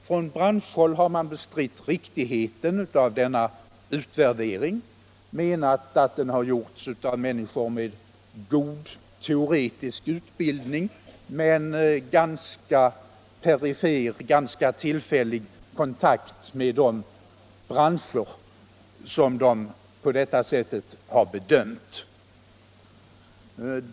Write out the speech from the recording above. Från branschhåll har man bestritt riktigheten av denna utvärdering och ansett att den har gjorts av människor med god teoretisk utbildning men ganska perifer och tillfällig kontakt med de branscher som de på detta sätt har bedömt.